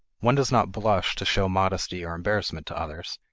one does not blush to show modesty or embarrassment to others,